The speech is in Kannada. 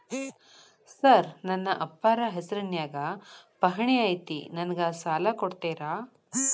ಸರ್ ನನ್ನ ಅಪ್ಪಾರ ಹೆಸರಿನ್ಯಾಗ್ ಪಹಣಿ ಐತಿ ನನಗ ಸಾಲ ಕೊಡ್ತೇರಾ?